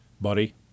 Buddy